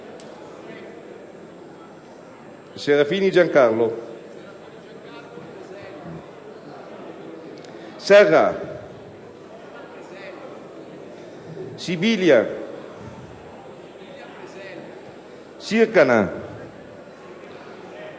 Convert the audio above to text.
Serafini Giancarlo, Serra, Sibilia, Sircana, Soliani,